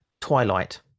Twilight